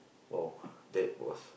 oh that was